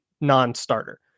non-starter